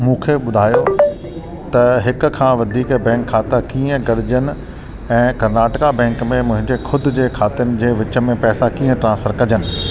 मूंखे ॿुधायो त हिक खां वधीक बैंक खाता कीअं गॾिजनि ऐं कर्नाटका बैंक में मुंहिंजे ख़ुदि जे खातनि जे विच में पैसा कीअं ट्रान्सफर कजनि